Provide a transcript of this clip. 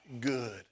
good